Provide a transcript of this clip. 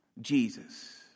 Jesus